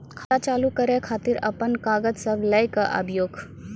खाता चालू करै खातिर आपन कागज सब लै कऽ आबयोक?